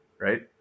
right